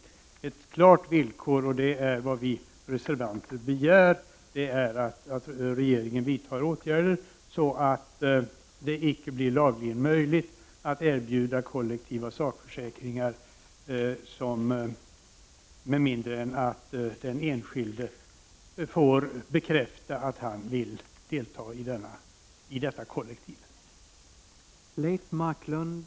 Det är ett klart villkor, som vi reservanter ställer, att regeringen vidtar sådana åtgärder att det inte blir lagligen möjligt att erbjuda kollektiva sakförsäkringar med mindre än att den enskilde får möjlighet att bekräfta att han vill delta i försäkringen.